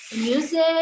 music